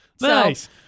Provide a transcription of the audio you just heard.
Nice